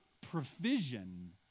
provision